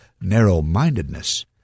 narrow-mindedness